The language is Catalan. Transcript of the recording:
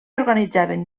organitzaven